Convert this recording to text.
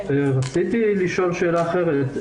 רציתי לשאול שאלה אחרת.